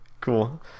cool